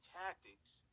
tactics